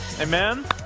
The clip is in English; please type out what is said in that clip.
Amen